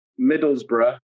Middlesbrough